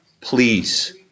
please